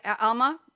Alma